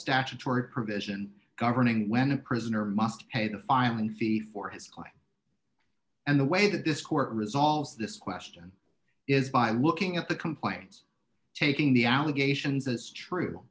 statutory provision governing when a prisoner must pay the filing fee for his crime and the way the disk work resolves this question is by looking at the complaints taking the allegations as true